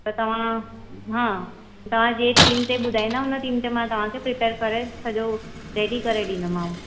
त तव्हां हा तव्हांजे थीम ते ॿुधाईंदा हुन थीम ते मां तव्हांखे प्रिपेर करे सॼो रेडी करे ॾींदीमांव